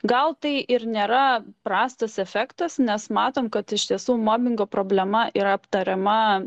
gal tai ir nėra prastas efektas nes matom kad iš tiesų mobingo problema yra aptariama